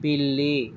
పిల్లి